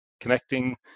connecting